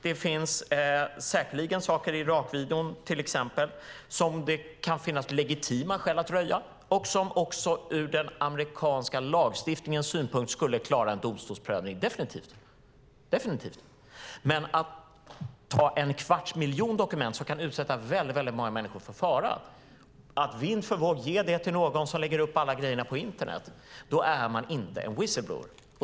Det finns säkerligen saker till exempel i Irakvideon som det kan finnas legitima skäl att röja och som också ur den amerikanska lagstiftningens synpunkt definitivt skulle klara en domstolsprövning. Men om man tar en kvarts miljon dokument som kan utsätta väldigt många människor för fara och ger dem till någon som lägger upp alla grejerna på internet vind för våg, då är man inte en whistleblower.